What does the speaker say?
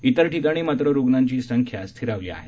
इतर ठिकाणी मात्र रुग्णांची संख्या स्थिरावली आहे